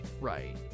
right